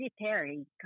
military